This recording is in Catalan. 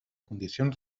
condicions